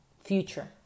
future